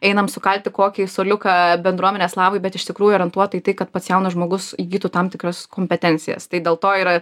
einam sukalti kokį suoliuką bendruomenės labui bet iš tikrųjų orientuota į tai kad pats jaunas žmogus įgytų tam tikras kompetencijas tai dėl to yra